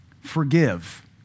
forgive